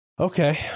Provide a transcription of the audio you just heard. Okay